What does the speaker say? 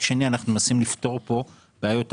שני אנחנו מנסים לפתור פה בעיות תעסוקה.